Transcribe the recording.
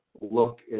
look